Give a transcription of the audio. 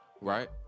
Right